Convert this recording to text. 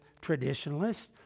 traditionalists